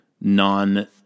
non